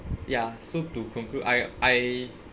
ya so to conclude I I